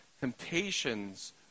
Temptations